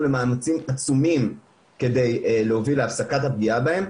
למאמצים עצומים כדי להוביל הפסקת הפגיעה בהם,